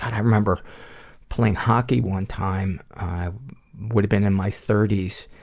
i remember playing hockey one time. i would have been in my thirty s.